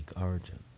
origin